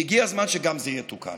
והגיע הזמן שגם זה יתוקן.